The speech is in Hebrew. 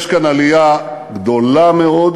יש כאן עלייה גדולה מאוד,